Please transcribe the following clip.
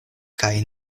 kaj